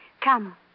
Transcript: Come